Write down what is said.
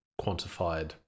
quantified